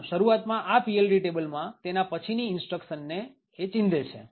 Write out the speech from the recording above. આમ શરૂઆતમાં આ PLT ટેબલમાં તેના પછીની instructionને ચીંધે છે